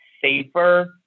safer